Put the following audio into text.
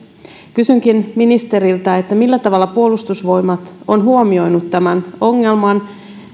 kysynkin ministeriltä millä tavalla puolustusvoimat on huomioinut tämän ongelman